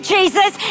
Jesus